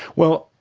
well,